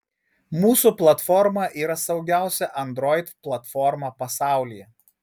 mūsų platforma yra saugiausia android platforma pasaulyje